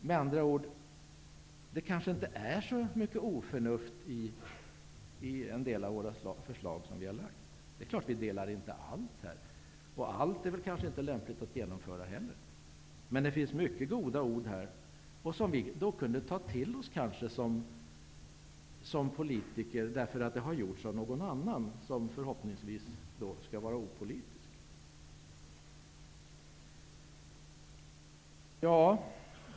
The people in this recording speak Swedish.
Med andra ord: det kanske inte är så mycket oförnuft i en del av de förslag som vi har lagt fram. Vi delar naturligtvis inte allt, och allt är väl kanske inte lämpligt att genomföra heller. Men det finns många goda ord som vi kunde ta till oss som politiker, därför att de har sagts av någon annan som förhoppningsvis skall vara opolitisk.